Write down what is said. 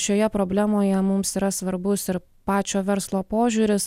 šioje problemoje mums yra svarbus ir pačio verslo požiūris